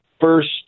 first